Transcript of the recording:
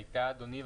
אדוני,